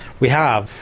we have.